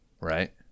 right